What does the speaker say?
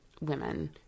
women